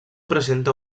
presenta